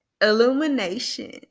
illumination